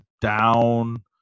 down